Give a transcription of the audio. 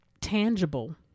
tangible